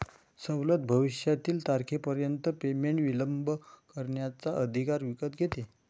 सवलत भविष्यातील तारखेपर्यंत पेमेंट विलंब करण्याचा अधिकार विकत घेते